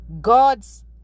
God's